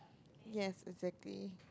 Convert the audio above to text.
yes exactly